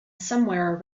somewhere